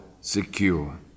secure